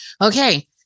okay